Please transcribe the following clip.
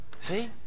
See